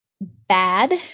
bad